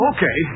Okay